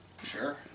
Sure